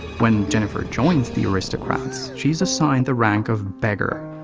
when jennifer joins the aristocrats, she's assigned the rank of beggar,